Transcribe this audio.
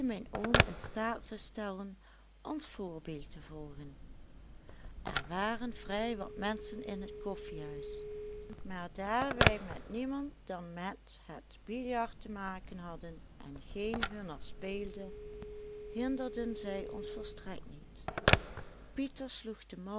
oom in staat zou stellen ons voorbeeld te volgen er waren vrij wat menschen in het koffiehuis maar daar wij met niemand dan met het biljart te maken hadden en geen hunner speelde hinderden zij ons volstrekt niet pieter